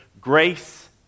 grace